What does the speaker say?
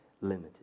limited